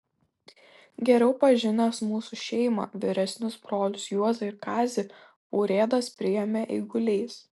geriau pažinęs mūsų šeimą vyresnius brolius juozą ir kazį urėdas priėmė eiguliais